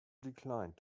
declined